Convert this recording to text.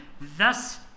Thus